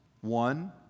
One